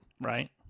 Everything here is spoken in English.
Right